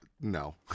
No